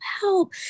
help